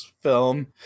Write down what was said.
film